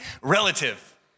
relative